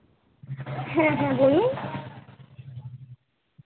হ্যাঁ হ্যাঁ বলুন